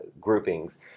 groupings